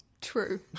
True